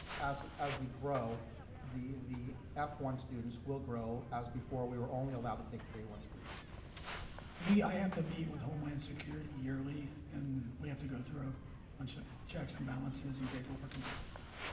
as so as we grow the the f one students will grow as before. we were only allowed to take j one students we i have to meet with homeland security yearly and we have to go through a bunch of checks and balances and paperwork and things like that.